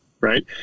Right